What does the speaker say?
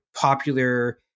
popular